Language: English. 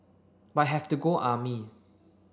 but have to go army